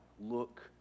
look